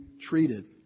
treated